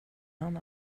han